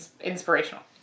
inspirational